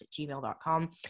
gmail.com